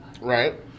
Right